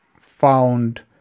found